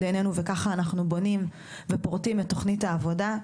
עניינו וככה אנחנו בונים ופורטים את תכנית העבודה,